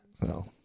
No